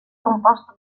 composto